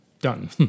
done